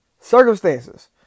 Circumstances